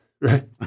Right